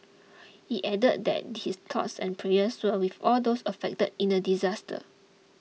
he added that his thoughts and prayers were with all those affected in the disaster